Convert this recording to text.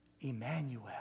Emmanuel